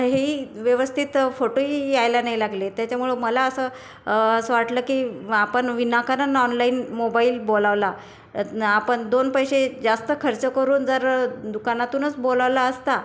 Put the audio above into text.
हे ही व्यवस्थित फोटोही यायला नाही लागले त्याच्यामुळं मला असं असं वाटलं की आपण विनाकारण ऑनलाईन मोबाईल बोलावला नं आपण दोन पैसे जास्त खर्च करून जर दुकानातूनच बोलावला असता